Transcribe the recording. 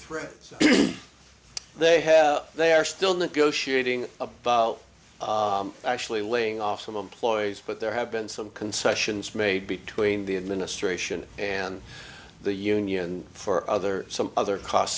threat is they have they are still negotiating about actually laying off some employees but there have been some concessions made between the administration and the union for other some other cost